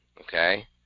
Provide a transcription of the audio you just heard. Okay